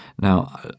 Now